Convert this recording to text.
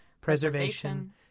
preservation